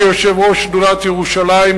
כיושב-ראש שדולת ירושלים,